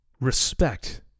respect